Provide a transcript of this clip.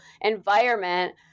environment